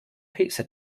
pizza